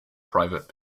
private